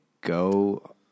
go